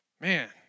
Man